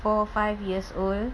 four five years old